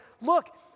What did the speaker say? look